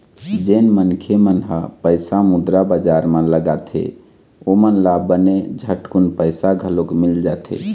जेन मनखे मन ह पइसा मुद्रा बजार म लगाथे ओमन ल बने झटकून पइसा घलोक मिल जाथे